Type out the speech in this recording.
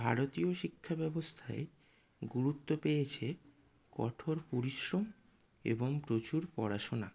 ভারতীয় শিক্ষা ব্যবস্থায় গুরুত্ব পেয়েছে কঠোর পরিশ্রম এবং প্রচুর পড়াশোনা